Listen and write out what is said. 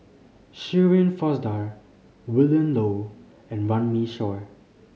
Shirin Fozdar Willin Low and Runme Shaw